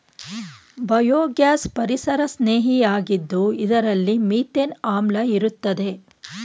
biogas ಪರಿಸರಸ್ನೇಹಿಯಾಗಿದ್ದು ಇದರಲ್ಲಿ methane ಆಮ್ಲ ಇರುತ್ತದೆ